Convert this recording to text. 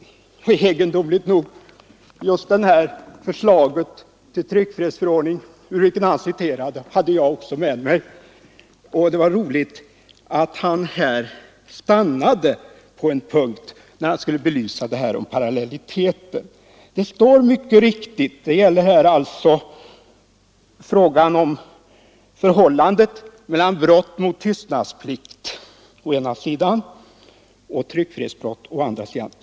Och egendomligt nog har jag också med mig just det förslag till tryckfrihetsförordning som herr Svensson citerade. Det var roligt att se var i texten herr Svensson slutade citera när han skulle belysa parallelliteten. Det gäller alltså förhållandet mellan brott mot tystnadsplikten å ena sidan och tryckfrihetsbrott å andra sidan.